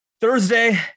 Thursday